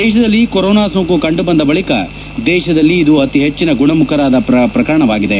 ದೇಶದಲ್ಲಿ ಕೊರೊನಾ ಸೋಂಕು ಕಂಡುಬಂದ ಬಳಿಕ ದೇಶದಲ್ಲಿ ಇದು ಅತಿ ಹೆಚ್ಚಿನ ಗುಣಮುಖರಾದ ಶ್ರಕರಣವಾಗಿದೆ